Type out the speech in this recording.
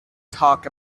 talk